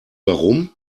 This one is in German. warum